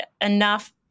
enough